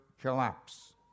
collapse